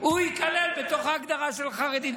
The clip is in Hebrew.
ייכלל בתוך ההגדרה של חרדים.